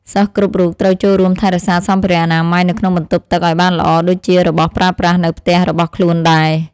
សិស្សគ្រប់រូបត្រូវចូលរួមថែរក្សាសម្ភារៈអនាម័យនៅក្នុងបន្ទប់ទឹកឱ្យបានល្អដូចជារបស់ប្រើប្រាស់នៅផ្ទះរបស់ខ្លួនដែរ។